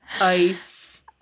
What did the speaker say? Ice